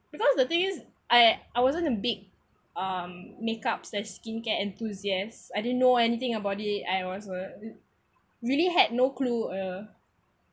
because the thing is I I wasn't a big um makeup slash skincare enthusiasts I didn't know anything about it I was a really had no clue uh